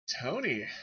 Tony